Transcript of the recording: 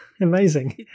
Amazing